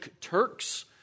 Turks